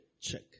check